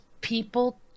people